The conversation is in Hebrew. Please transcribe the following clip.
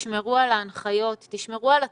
תשמרו על ההנחיות, תשמרו על עצמכם.